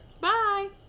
Bye